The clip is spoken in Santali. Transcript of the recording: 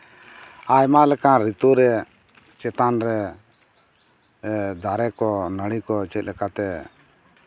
ᱟᱭᱢᱟ ᱞᱮᱠᱟᱱ ᱨᱤᱛᱩ ᱨᱮ ᱪᱮᱛᱟᱱ ᱨᱮ ᱫᱟᱨᱮ ᱠᱚ ᱱᱟᱹᱲᱤ ᱠᱚ ᱪᱮᱫ ᱞᱮᱠᱟᱛᱮ